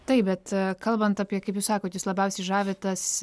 taip bet kalbant apie kaip jūs sakot jus labiausiai žavi tas